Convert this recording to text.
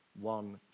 one